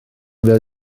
fel